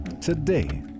today